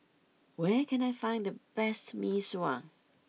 where can I find the best Mee Sua